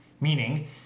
meaning